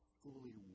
fully